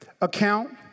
account